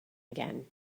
again